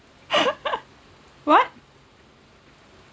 what